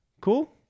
Cool